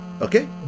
okay